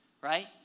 right